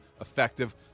effective